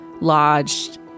lodged